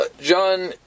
John